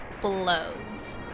blows